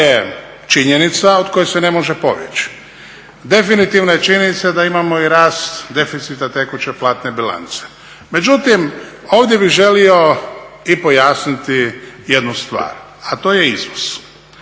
to je činjenica od koje se ne može pobjeći. Definitivno je činjenica da imao i rast deficita tekuće platne bilance. Međutim, ovdje bi želio i pojasniti jednu stvar, a to je izvoz.